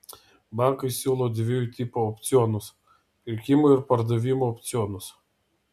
bankai siūlo dviejų tipų opcionus pirkimo ir pardavimo opcionus